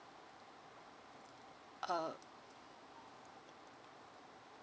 err